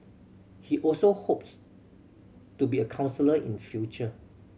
he also hopes to be a counsellor in future